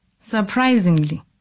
Surprisingly